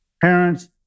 Parents